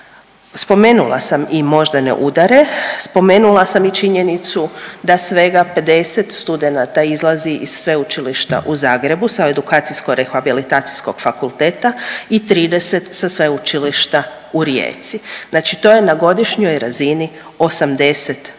Spomenula sam i moždane udare, spomenula sam i činjenicu da svega 50 studenata izlazi iz sveučilišta u Zagrebu sa edukacijsko-rehabilitacijskog fakulteta i 30 sa sveučilišta u Rijeci. Znači to je na godišnjoj razini 80 novo